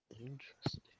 Interesting